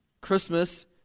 Christmas